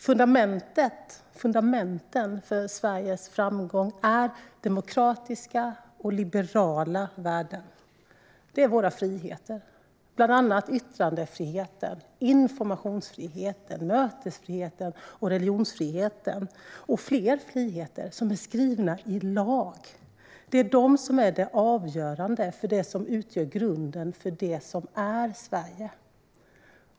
Fundamenten för Sveriges framgång är demokratiska och liberala värden. Våra friheter, bland annat yttrandefriheten, informationsfriheten, mötesfriheten och religionsfriheten, är skrivna i lag och är avgörande för det som utgör grunden för Sverige.